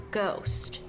ghost